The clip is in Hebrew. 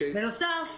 בנוסף,